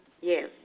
Yes